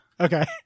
Okay